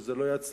שזה לא יצליח,